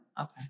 Okay